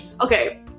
Okay